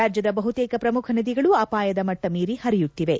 ರಾಜ್ಯದ ಬಹುತೇಕ ಪ್ರಮುಖ ನದಿಗಳು ಅಪಾಯ ಮಟ್ಟ ಮೀರಿ ಪರಿಯುತ್ತಿವೆ